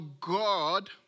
God